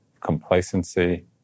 complacency